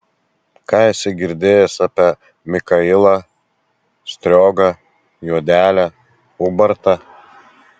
ką esi girdėjęs apie mikailą striogą juodelę ubartą